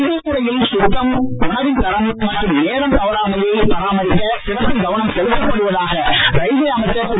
railway துறையில் சுத்தம் உணவின் தரம் மற்றும் நேரம் தவறாமையை பராமரிக்க சிறப்பு கவனம் செலுத்தப்படுவதாக ரயில்வே அமைச்சர் திரு